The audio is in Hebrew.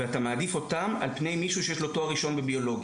אתה מעדיף אותם על פני מישהו שיש לו תואר ראשון בביולוגיה.